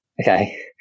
Okay